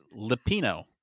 Lipino